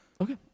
Okay